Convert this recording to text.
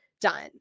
done